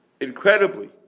incredibly